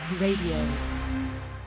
Radio